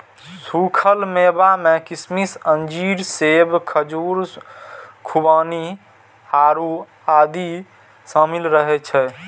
सूखल मेवा मे किशमिश, अंजीर, सेब, खजूर, खुबानी, आड़ू आदि शामिल रहै छै